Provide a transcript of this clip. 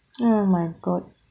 oh my god